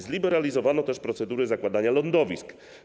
Zliberalizowano też procedurę zakładania lądowisk.